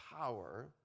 power